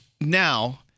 now